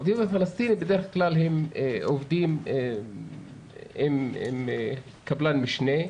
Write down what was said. בדרך כלל הם עובדים עם קבלן משנה.